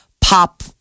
Pop